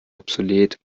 obsolet